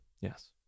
yes